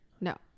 No